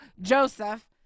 Joseph